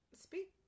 speak